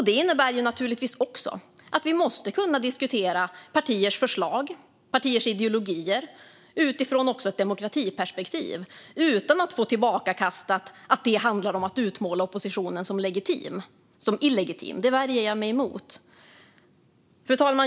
Det innebär naturligtvis också att vi måste kunna diskutera partiers förslag och partiers ideologier även utifrån ett demokratiperspektiv utan att få tillbakakastat att det handlar om att utmåla oppositionen som illegitim. Det värjer jag mig emot. Fru talman!